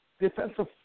defensive